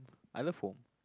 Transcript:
I love home